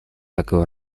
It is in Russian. такую